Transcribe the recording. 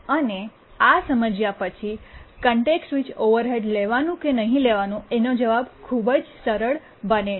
અને આ સમજ્યા પછી કોન્ટેક્સ્ટ સ્વિચ ઓવરહેડ્સ લેવાનું કે નહીં લેવાનું એનો જવાબ ખૂબ સરળ બને છે